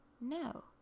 No